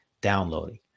downloading